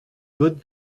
good